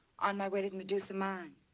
on my way to medusa mine.